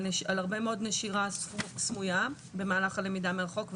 על הרבה מאוד נשירה סמויה במהלך הלמידה מרחוק.